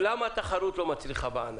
למה התחרות לא מצליחה בענף?